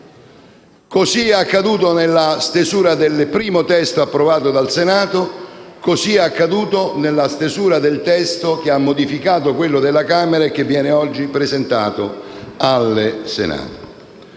Così è accaduto nella stesura del primo testo approvato dal Senato e questo si è verificato anche per la stesura del testo che ha modificato quello della Camera e che viene oggi presentato al Senato.